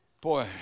Boy